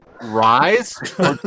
rise